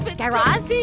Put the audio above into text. like guy raz,